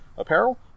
apparel